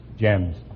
gems